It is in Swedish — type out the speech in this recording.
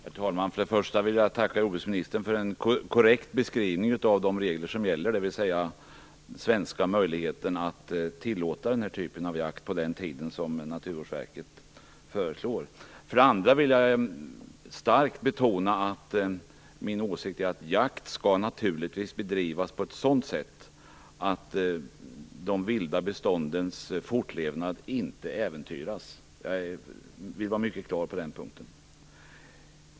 Herr talman! För det första vill jag tacka jordbruksministern för en korrekt beskrivning av de regler som gäller, dvs. den svenska möjligheten att tillåta den här typen av jakt under den tid som Naturvårdsverket föreslår. För det andra vill jag starkt betona att det är min åsikt att jakt naturligtvis skall bedrivas på ett sådant sätt att de vilda beståndens fortlevnad inte äventyras. Jag vill vara mycket klar på den punkten.